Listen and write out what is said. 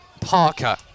Parker